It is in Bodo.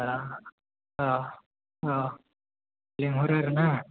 औ औ औ लिंहरो आरोना